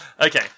Okay